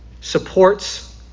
supports